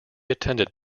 attended